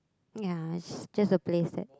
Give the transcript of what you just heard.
ya it's just a place that